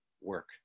work